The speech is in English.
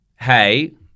hey